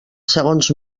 segons